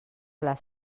las